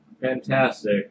Fantastic